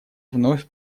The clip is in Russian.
вновь